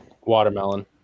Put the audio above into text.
Watermelon